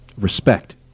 respect